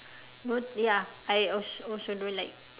no ya I also also don't like